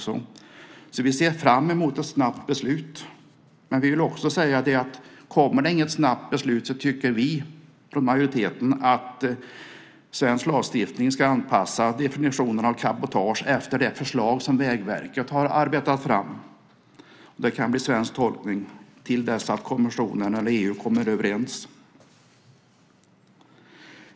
Vi ser fram emot ett snabbt beslut. Kommer det inget snabbt beslut tycker vi från majoriteten att svensk lagstiftning ska anpassa definitionen av cabotage efter det förslag som Vägverket har arbetat fram. Det kan bli en svensk tolkning tills man kommer överens i EU.